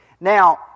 Now